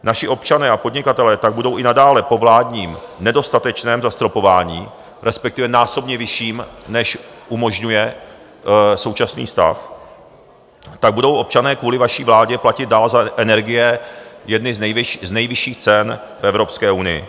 Naši občané a podnikatelé tak budou i nadále po vládním nedostatečném zastropování, respektive násobně vyšším, než umožňuje současný stav, budou občané kvůli vaší vládě platit dále za energie jedny z nejvyšších cen v Evropské unii.